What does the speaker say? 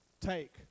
Take